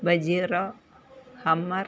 Bajeera Hummer